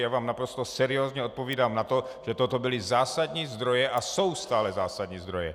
Já vám naprosto seriózně odpovídám na to, že toto byly zásadní zdroje a jsou stále zásadní zdroje.